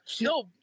no